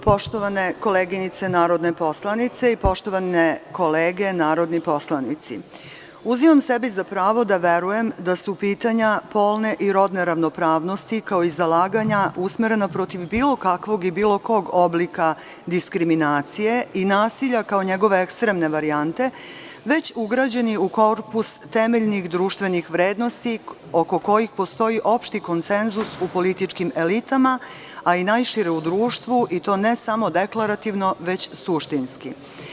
Poštovane koleginice narodne poslanice, poštovane kolege narodni poslanici, uzimam sebi za pravo da verujem da su pitanja polne i rodne ravnopravnosti, kao i zalaganja usmerena protiv bilo kakvog i bilo kog oblika diskriminacije i nasilja kao njegove ekstremne varijante već ugrađeni u korpus temeljnih društvenih vrednosti oko kojih postoji opšti konsenzus u političkim elitama, a i najšire u društvu, i to ne samo deklarativno, već i suštinski.